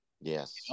Yes